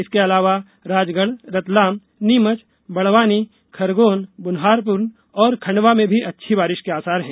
इसके अलावा राजगढ रतलाम नीमच बड़वानी खरगोन बुरहानपुर और खंडवा में भी अच्छी बारिश के आसार हैं